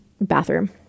bathroom